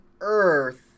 Earth